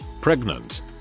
pregnant